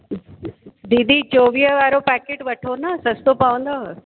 दीदी चोवीह वारो पैकेट वठो न सस्तो पवंदव